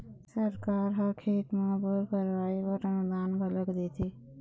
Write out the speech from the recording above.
सरकार ह खेत म बोर करवाय बर अनुदान घलोक देथे